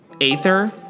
aether